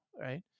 right